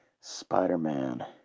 Spider-Man